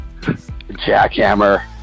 Jackhammer